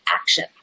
action